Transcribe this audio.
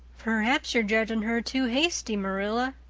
perhaps you're judging her too hasty, marilla.